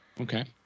Okay